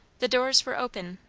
the doors were open,